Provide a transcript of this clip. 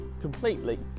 completely